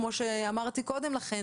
כמו שאמרתי קודם לכן,